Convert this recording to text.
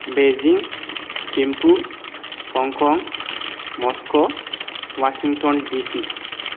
बेजिंक थिमपु हंकं Moscow Washington दिसि